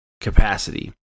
capacity